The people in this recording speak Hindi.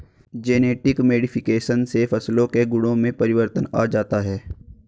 जेनेटिक मोडिफिकेशन से फसलों के गुणों में परिवर्तन आ जाता है